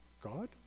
God